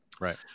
right